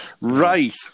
Right